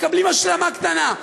מקבלים השלמה קטנה,